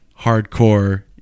hardcore